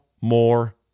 more